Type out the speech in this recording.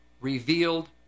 revealed